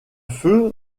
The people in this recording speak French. feu